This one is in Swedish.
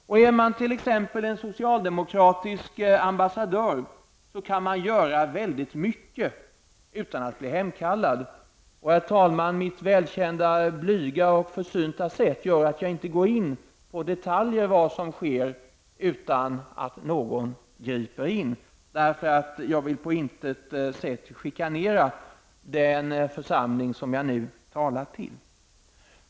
Och är man t.ex. socialdemokratisk ambassadör kan man göra väldigt mycket utan att bli hemkallad. Herr talman! Mitt välkända blyga och försynta sätt gör att jag inte går in på detaljer i vad som sker utan att någon griper in -- jag vill på intet sätt chikanera den församling som jag nu talar till.